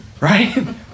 Right